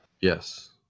Yes